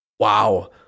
wow